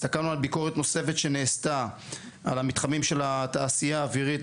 הסתכלנו על ביקורת נוספת שנעשתה על המתחמים של התעשייה האווירית,